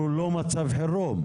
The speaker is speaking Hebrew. הוא לא מצב חירום.